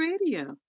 radio